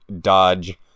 dodge